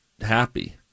happy